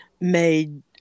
made